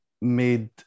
made